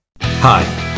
Hi